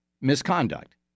misconduct